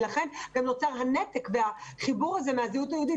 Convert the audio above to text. לכן נוצר נתק מהחיבור הזה לזהות היהודית.